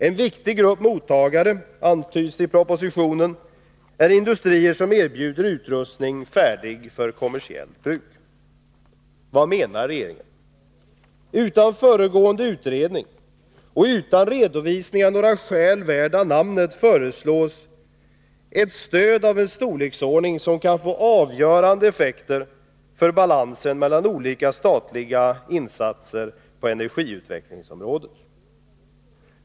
En viktig grupp mottagare — antyds det i propositionen — är industrier som erbjuder utrustning färdig för kommersiellt bruk. Vad menar egentligen regeringen? Utan föregående utredning och utan redovisning av några skäl värda namnet föreslås ett stöd av en storleksordning som kan få avgörande effekter för balansen mellan olika statliga insatser på energiutvecklingsområdet.